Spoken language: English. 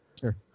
Sure